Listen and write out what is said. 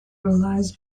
relies